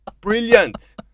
Brilliant